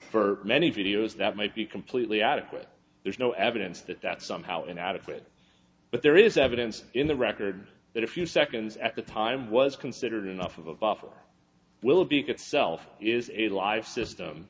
for many videos that might be completely adequate there's no evidence that that's somehow inadequate but there is evidence in the record that a few seconds at the time was considered enough of a buffer will be itself is a live system